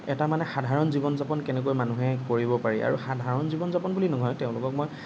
এটা মানে সাধাৰণ জীৱন যাপন কেনেকৈ মানুহে কৰিব পাৰি আৰু সাধাৰণ জীৱন যাপন বুলি নহয় তেওঁলোকক মই